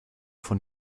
von